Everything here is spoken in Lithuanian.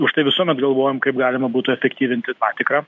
užtai visuomet galvojom kaip galima būtų efektyvinti patikrą